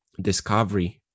discovery